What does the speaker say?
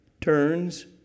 turns